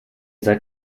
seid